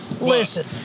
Listen